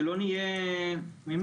שלא נהיה תמימים,